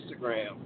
Instagram